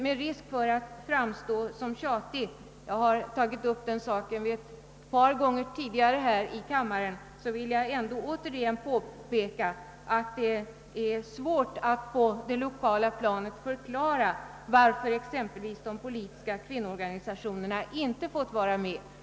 Med risk för att framstå som tjatig — jag har tagit upp saken ett par gånger tidigare här i kammaren vill jag återigen påpeka att det är svårt att på det lokala planet förklara varför exempelvis de politiska kvinnoorganisationerna inte fått vara med.